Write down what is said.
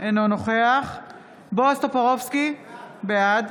אינו נוכח בועז טופורובסקי, בעד